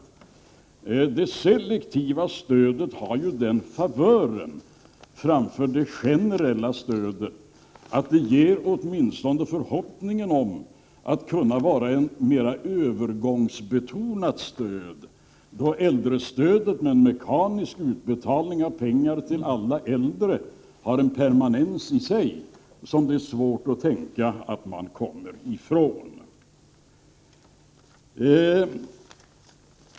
Det selektiva stödet har ju den favören framför det generella att det ger åtminstone förhoppningen att det är ett mer övergångsbetonat stöd, medan äldrestödet med en mekanisk utbetalning av pengar till alla äldre har en permanens i sig som det är svårt att komma ifrån.